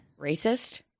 Racist